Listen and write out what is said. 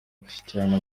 gushyikirana